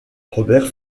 roberts